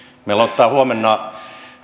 meillä aloittaa huomenna